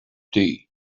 tea